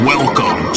Welcome